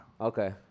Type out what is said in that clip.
Okay